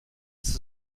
ist